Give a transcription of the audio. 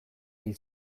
hil